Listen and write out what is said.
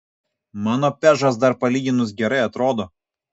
mano pežas dar palyginus gerai atrodo